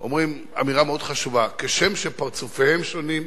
ואומרים אמירה מאוד חשובה: כשם שפרצופיהם שונים,